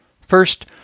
First